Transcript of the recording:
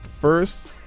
first